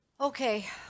Okay